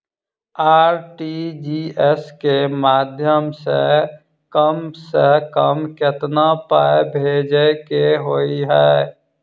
RTGS केँ माध्यम सँ कम सऽ कम केतना पाय भेजे केँ होइ हय?